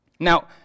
Now